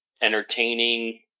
entertaining